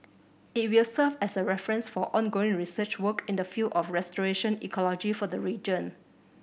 it will serve as a reference for ongoing research work in the field of restoration ecology for the region